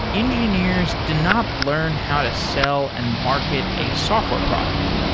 engineers did not learn how to sell and market a software product.